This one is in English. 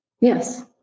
Yes